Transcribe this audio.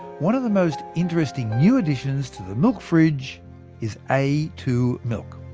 one of the most interesting new additions to the milk fridge is a two milk.